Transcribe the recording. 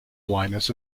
blindness